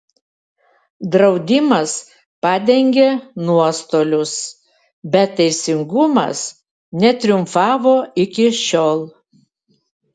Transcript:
draudimas padengė nuostolius bet teisingumas netriumfavo iki šiol